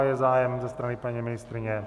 Je zájem ze strany paní ministryně?